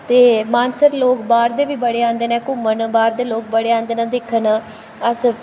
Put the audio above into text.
ते मानसर लोग बाह्र दे बी बड़े आंदे न घूमन बाह्र दे लोग बड़े आंदे न दिक्खन अस